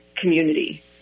community